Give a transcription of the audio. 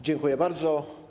Dziękuję bardzo.